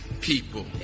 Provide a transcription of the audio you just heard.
people